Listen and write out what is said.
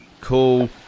Cool